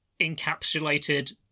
encapsulated